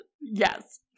Yes